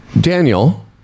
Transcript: Daniel